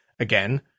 again